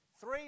three